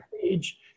page